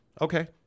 okay